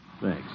Thanks